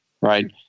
right